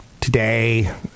Today